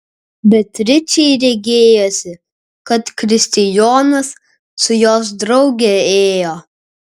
beatričei regėjosi kad kristijonas su jos drauge ėjo